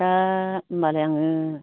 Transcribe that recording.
दा होमबालाय आङो